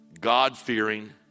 God-fearing